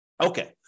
Okay